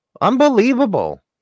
Unbelievable